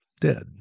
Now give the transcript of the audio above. dead